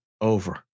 Over